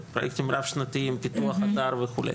זה פרוייקטים רב שנתיים, פיתוח אתר וכו'.